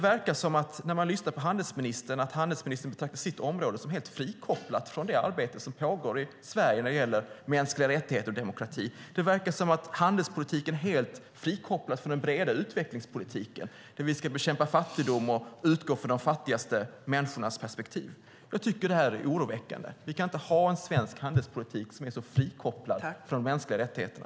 När man lyssnar på handelsministern verkar det som om handelsministern betraktar sitt område som helt frikopplat från det arbete som pågår i Sverige när det gäller mänskliga rättigheter och demokrati. Det verkar som om handelspolitiken helt frikopplas från den breda utvecklingspolitiken där vi ska bekämpa fattigdom och utgå från de fattigaste människornas perspektiv. Jag tycker att det är oroväckande. Vi kan inte ha en svensk handelspolitik som är så frikopplad från de mänskliga rättigheterna.